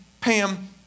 Pam